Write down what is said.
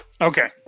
Okay